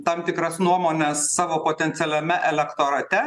tam tikras nuomones savo potencialiame elektorate